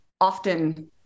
often